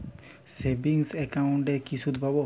Savings একাউন্টে কি সুদ পাব?